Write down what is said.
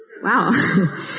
wow